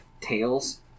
Tails